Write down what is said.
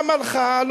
למה לך?